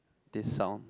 this sound